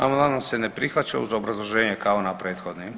Amandman se ne prihvaća uz obrazloženje kao na prethodni.